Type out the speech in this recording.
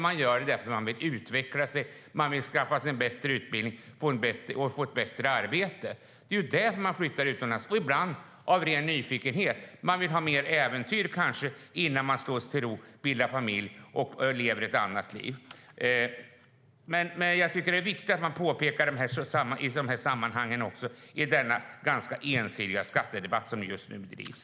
Man gör det därför att man vill utveckla sig, skaffa sig en bättre utbildning eller få ett bättre arbete och ibland av ren nyfikenhet. Det är därför man flyttar utomlands. Man vill kanske ha mer äventyr innan man slår sig till ro, bildar familj och lever ett annat liv. Jag tycker att det är viktigt att göra dessa påpekanden i den ganska ensidiga skattedebatt som just nu förs.